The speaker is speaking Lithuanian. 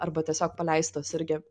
arba tiesiog paleistos irgi